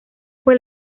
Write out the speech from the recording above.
fue